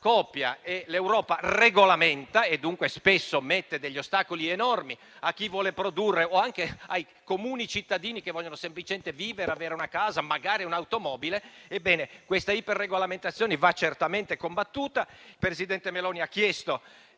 copia, e l'Europa regolamenta e dunque spesso mette degli ostacoli enormi a chi vuole produrre o anche ai comuni cittadini che vogliono semplicemente vivere, avere una casa, magari un'automobile. Ebbene questa iper-regolamentazione va certamente combattuta, il presidente Meloni ha proposto